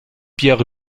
pierre